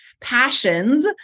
passions